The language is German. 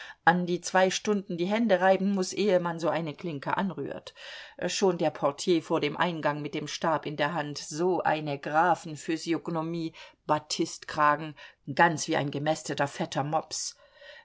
an die zwei stunden die hände reiben muß ehe man so eine klinke anrührt schon der portier vor dem eingang mit dem stab in der hand so eine grafenphysiognomie batistkragen ganz wie ein gemästeter fetter mops